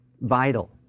vital